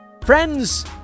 Friends